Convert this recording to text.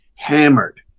hammered